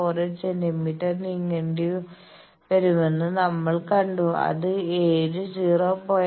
48 centimetre നീങ്ങേണ്ടിവരുമെന്ന് നമ്മൾ കണ്ടു അത് ഏഴ് 0